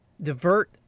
Divert